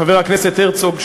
חבר הכנסת הרצוג,